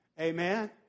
Amen